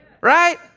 Right